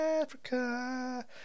Africa